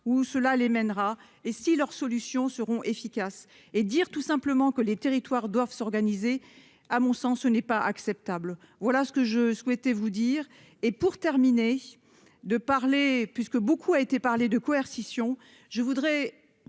où cela les mènera et si leurs solutions seront efficaces et dire tout simplement que les territoires doivent s'organiser, à mon sens, ce n'est pas acceptable. Voilà ce que je souhaitais vous dire et pour terminer de parler puisque beaucoup a été parler de coercition. Je voudrais